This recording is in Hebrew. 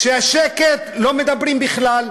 כשיש שקט לא מדברים בכלל,